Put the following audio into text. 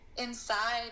inside